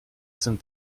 sind